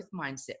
mindset